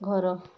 ଘର